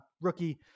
rookie